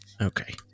Okay